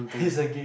is a game